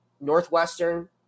northwestern